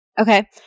Okay